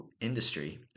industry